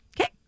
Okay